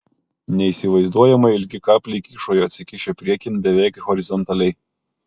neįsivaizduojamai ilgi kapliai kyšojo atsikišę priekin beveik horizontaliai